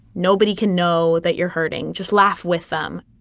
nobody can know that you're hurting. just laugh with them.